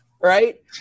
Right